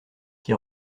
qui